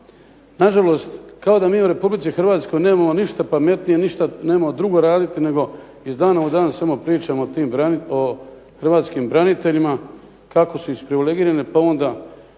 nažalost kao da mi u Republici Hrvatskoj nemamo ništa, pametnije nemamo ništa drugo raditi nego iz dana u dan samo pričamo o hrvatskim braniteljima kako su isprivilegirani pa onda